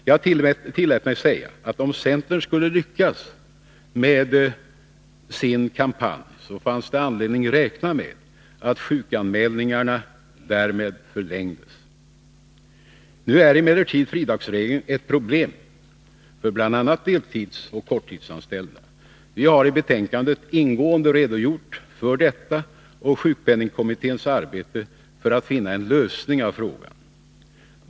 Jag tillät mig säga, att om centern skulle lyckas med sin kampanj, fanns det anledning att räkna med att sjukskrivningstiderna därmed förlängdes. Nu är emellertid fridagsregeln ett problem för bl.a. deltidsoch korttidsanställda. Vi har i betänkandet ingående redogjort för detta och för sjukpenningkommitténs arbete för att finna en lösning av frågan.